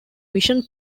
mission